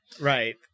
Right